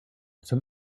zum